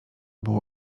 było